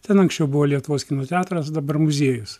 ten anksčiau buvo lietuvos kino teatras dabar muziejus